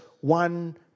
one